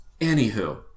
Anywho